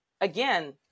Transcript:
again